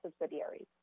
subsidiaries